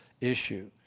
issue